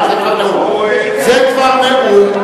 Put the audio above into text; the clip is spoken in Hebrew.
זה כבר נאום, זה כבר נאום.